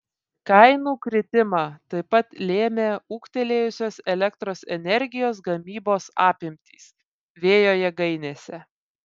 kainų kritimą taip pat lėmė ūgtelėjusios elektros energijos gamybos apimtys vėjo jėgainėse